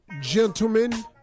gentlemen